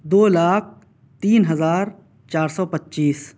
دو لاکھ تین ہزار چار سو پچیس